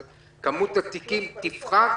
אז כמות התיקים תפחת,